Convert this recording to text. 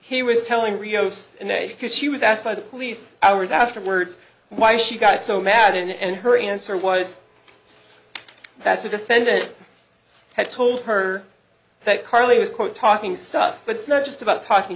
he was telling rios and they because she was asked by the police hours afterwards why she got so mad and her answer was that the defendant had told her that carlie was quote talking stuff but it's not just about talking